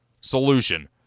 solution